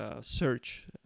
search